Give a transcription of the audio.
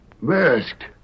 Masked